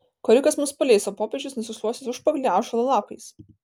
korikas mus paleis o popiežius nusišluostys užpakalį ąžuolo lapais